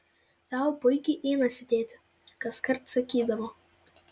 tau puikiai einasi tėti kaskart sakydavo